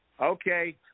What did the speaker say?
Okay